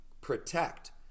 protect